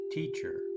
Teacher